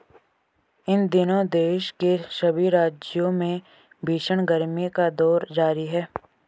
इन दिनों देश के सभी राज्यों में भीषण गर्मी का दौर जारी है